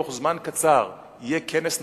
תוך זמן קצר יהיה כנס נוסף,